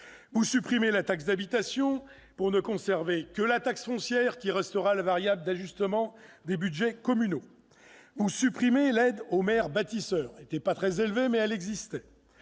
Vous supprimez la taxe d'habitation pour ne conserver que la taxe foncière, laquelle restera la variable d'ajustement des budgets communaux. Vous supprimez l'aide aux maires bâtisseurs- elle n'était pas très élevée, mais elle existait.